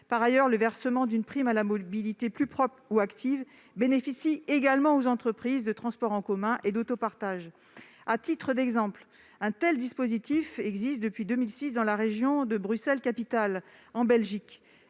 Par ailleurs, le versement d'une « prime à la mobilité plus propre ou active » bénéficie aux entreprises françaises de transport en commun et d'autopartage. Un tel dispositif existe depuis 2006 dans la région de Bruxelles-Capitale, en Belgique